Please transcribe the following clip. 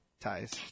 ties